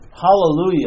Hallelujah